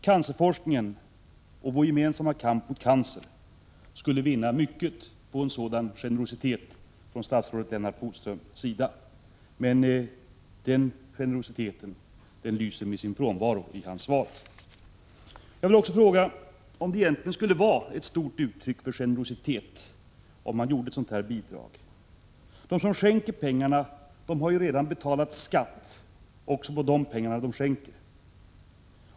Cancerforskningen och vår gemensamma kamp mot cancer skulle vinna mycket på en sådan generositet från statsrådet Lennart Bodströms sida, men den generositeten lyser med sin frånvaro i hans svar. Jag vill också fråga om det egentligen skulle vara ett uttryck för stor generositet, om staten gav ett sådant bidrag. De som skänker pengarna har ju redan betalat skatt också på de pengar de skänker.